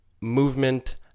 movement